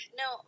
no